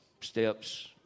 steps